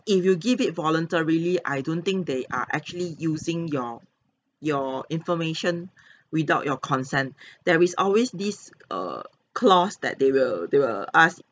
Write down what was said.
if you give it voluntarily I don't think they are actually using your your information without your consent there is always this err clause that they will they will ask